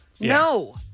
No